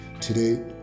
today